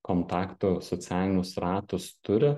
kontaktų socialinius ratus turi